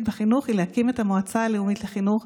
בחינוך היא להקים את המועצה הלאומית לחינוך,